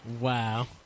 Wow